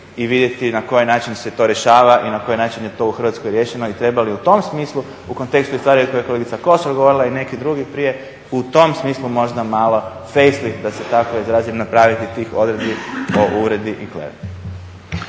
i vidjeti na koji način se to rješava i na koji način je to u Hrvatskoj riješeno i treba li u tom smislu u kontekstu i stvari o kojima je kolegica Kosor govorila i neki drugi prije u tom smislu možda malo …/Govornik se ne razumije./… da se tako izrazim napraviti tih odredbi o uvredi i kleveti.